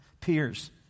peers